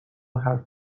حرف